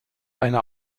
eine